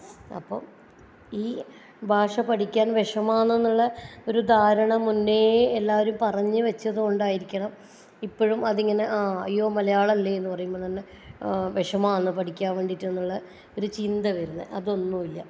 അപ്പം ഈ ഭാഷ പഠിയ്ക്കാൻ വിഷമമാണെന്നുള്ള ഒരു ധാരണ മുന്നേ എല്ലാവരും പറഞ്ഞ് വെച്ചതു കൊണ്ടായിരിയ്ക്കണം ഇപ്പോഴും അതിങ്ങനെ ആ യ്യൊ മലയാളമല്ലേയെന്ന് പറയുമ്പോൾ തന്നെ വിഷമമാണെന്ന് പഠിയ്ക്കാൻ വേണ്ടിയിട്ട് എന്നുള്ള ഒരു ചിന്ത വരുന്നത് അതൊന്നുമില്ല